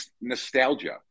nostalgia